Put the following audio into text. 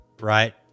right